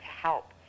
help